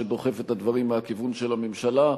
שדוחף את הדברים מהכיוון של הממשלה.